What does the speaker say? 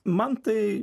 man tai